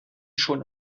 schon